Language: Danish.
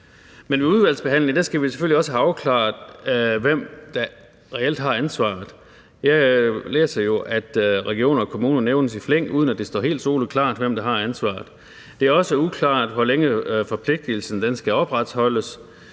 ved udvalgsbehandlingen skal vi også have afklaret, hvem der reelt har ansvaret. Jeg læser jo, at regioner og kommuner nævnes i flæng, uden at det står helt soleklart, hvem der har ansvaret. Det er også uklart, hvor længe forpligtigelsen skal opretholdes.